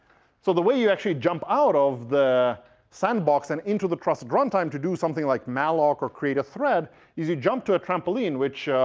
so the way you actually jump out of the sandbox and into the trusted runtime to do something like malop or create a threat is you jump to a trampoline, which